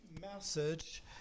message